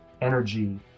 energy